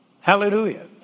Hallelujah